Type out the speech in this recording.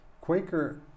Quaker